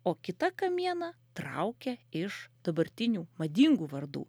o kitą kamieną traukia iš dabartinių madingų vardų